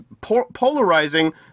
polarizing